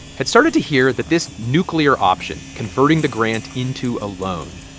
had started to hear that this nuclear option, converting the grant into a loan,